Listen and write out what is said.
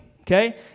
okay